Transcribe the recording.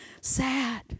sad